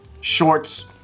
Shorts